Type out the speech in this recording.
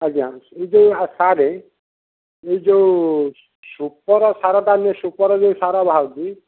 ଆଜ୍ଞା ଏ ଯେଉଁ ସାର୍ ଏ ଯେଉଁ ସୁପର୍ ସାରଟା ନୁହେଁ ସୁପର୍ ଯେଉଁ ସାର ବାହାରୁଛି